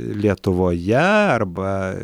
lietuvoje arba